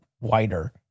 wider